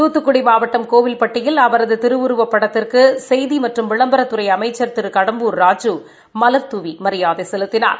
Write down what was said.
தூத்துக்குடி மாவட்டம் கோவில்பட்டியில் அவரது திருவுருவப்படத்திற்கு செய்தி மற்றும் விளம்பரத்துறை அமைச்சர் திரு கடம்பூர் ராஜூ மலர்தூவி மரியாதை செலுத்தினார்